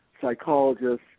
psychologists